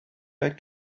like